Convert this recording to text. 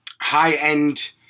high-end